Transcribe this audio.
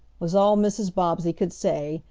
was all mrs. bobbsey could say,